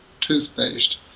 toothpaste